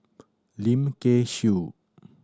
Lim Kay Siu